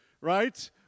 right